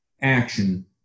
action